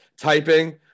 Typing